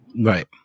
Right